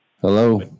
Hello